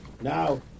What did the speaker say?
now